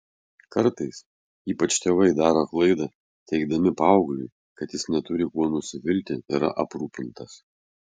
kartais ypač tėvai daro klaidą teigdami paaugliui kad jis neturi kuo nusivilti yra aprūpintas